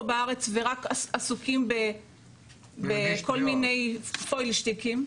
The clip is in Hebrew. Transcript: בארץ ורק עסוקים בכל מיני פויילשטיקים,